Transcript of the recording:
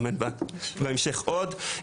אמן בהמשך עוד,